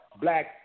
black